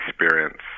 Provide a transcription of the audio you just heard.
experience